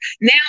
Now